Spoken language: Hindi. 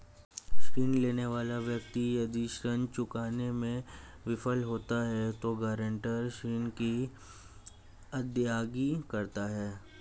ऋण लेने वाला व्यक्ति यदि ऋण चुकाने में विफल होता है तो गारंटर ऋण की अदायगी करता है